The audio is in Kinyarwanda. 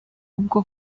ubwo